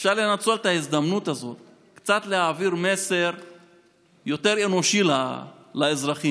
שאפשר לנצל את ההזדמנות הזאת להעביר מסר קצת יותר אנושי לאזרחים,